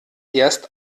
erst